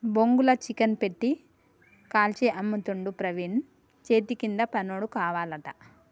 బొంగుల చికెన్ పెట్టి కాల్చి అమ్ముతుండు ప్రవీణు చేతికింద పనోడు కావాలట